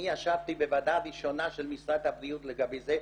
אני ישבתי בוועדה הראשונה של משרד הבריאות לגבי זה,